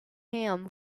ham